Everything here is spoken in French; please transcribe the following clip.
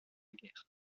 guerre